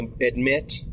admit